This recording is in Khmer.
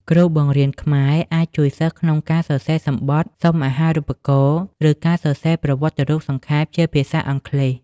គ្រូបង្រៀនខ្មែរអាចជួយសិស្សក្នុងការសរសេរសំបុត្រសុំអាហារូបករណ៍ ឬការសរសេរប្រវត្តិរូបសង្ខេបជាភាសាអង់គ្លេស។